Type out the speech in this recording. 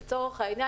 לצורך העניין,